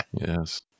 Yes